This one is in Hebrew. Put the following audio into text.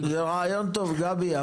זה רעיון טוב גבי,